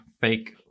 fake